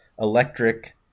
electric